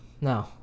no